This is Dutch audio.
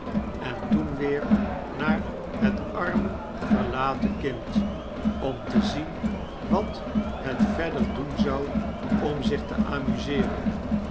en toen weer naar het arme verlaten kind om te zien wat het verder doen zou om zich te amuseeren